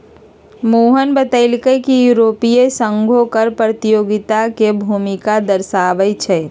मोहन बतलकई कि यूरोपीय संघो कर प्रतियोगिता के भूमिका दर्शावाई छई